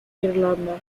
irlanda